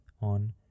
on